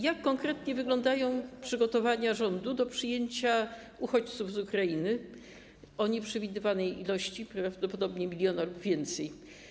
Jak konkretnie wyglądają przygotowania rządu do przyjęcia uchodźców z Ukrainy o nieprzewidywanej liczbie, prawdopodobnie miliona lub więcej?